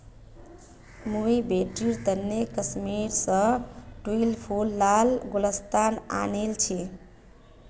मुई बेटीर तने कश्मीर स ट्यूलि फूल लार गुलदस्ता आनील छि